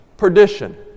Perdition